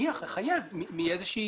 נניח אני אחייב מאיזושהי